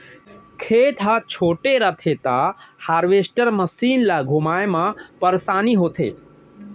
खेत ह छोटे रथे त हारवेस्टर मसीन ल घुमाए म परेसानी होथे